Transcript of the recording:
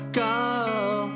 girl